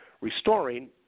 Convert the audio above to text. restoring